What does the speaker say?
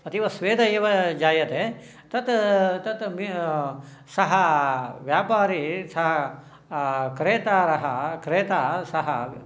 अतीवस्वेद एव जायते तत् सः व्यापारी स क्रेतारः क्रेता सः